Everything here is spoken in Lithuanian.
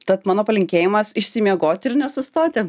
tad mano palinkėjimas išsimiegoti ir nesustoti